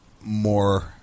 more